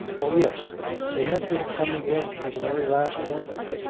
oh yes they had been coming in to the very last moment.